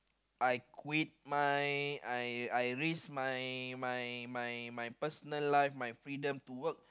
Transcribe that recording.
I quit my I I risk my my my my personal life my freedom to work